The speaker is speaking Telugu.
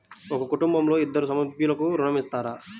ఒక కుటుంబంలో ఇద్దరు సభ్యులకు ఋణం ఇస్తారా?